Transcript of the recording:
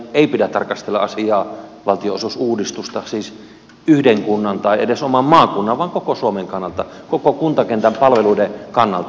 ei eduskunnan eikä kansanedustajien pidä tarkastella asiaa valtionosuusuudistusta siis yhden kunnan tai edes oman maakunnan vaan koko suomen kannalta koko kuntakentän palveluiden kannalta